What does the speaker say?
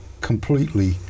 completely